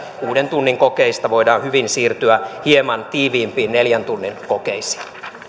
tunnin kokeista voidaan hyvin siirtyä hieman tiiviimpiin neljän tunnin kokeisiin